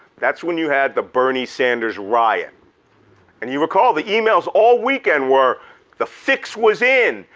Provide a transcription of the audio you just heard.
that's when you had the bernie sanders riot and you recall the emails all weekend were the fix was in,